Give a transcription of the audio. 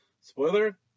Spoiler